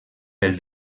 pel